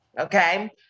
okay